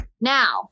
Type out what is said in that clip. Now